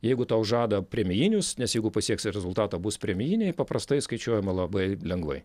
jeigu tau žada premijinius nes jeigu pasieksi rezultatą bus premijiniai paprastai skaičiuojama labai lengvai